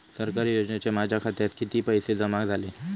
सरकारी योजनेचे माझ्या खात्यात किती पैसे जमा झाले?